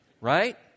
right